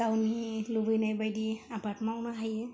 गावनि लुबैनाय बायदि आबाद मावनो हायो